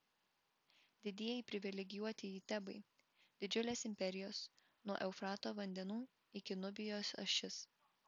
didieji privilegijuotieji tebai didžiulės imperijos nuo eufrato vandenų iki nubijos ašis